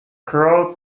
crow